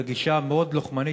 הגישה המאוד-לוחמנית,